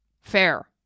Fair